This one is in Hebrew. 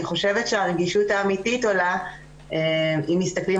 אני חושבת שהרגישות האמיתית עולה אם מסתכלים